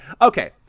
Okay